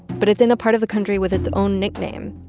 but it's in a part of the country with its own nickname,